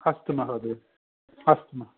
अस्तु महोदये अस्तु मह्